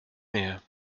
mehr